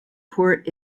port